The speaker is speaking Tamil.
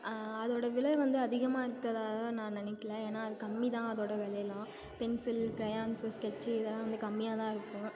அதோட விலை வந்து அதிகமாக இருக்கிறதாக நான் நினைக்கல ஏன்னா அது கம்மி தான் அதோட விலைலாம் பென்சில் க்ரையான்ஸு ஸ்கெட்ச்சு இதெல்லாம் வந்து கம்மியாக தான் இருக்கும்